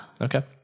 Okay